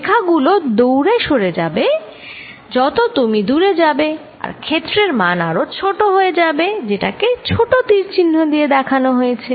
রেখাগুলি দূরে সরে যাবে যত তুমি দূরে যাবে আর ক্ষেত্রের মান আরো ছোট হয়ে যাবে যেটাকে ছোট তীর চিহ্ন দিয়ে দেখানো হয়েছে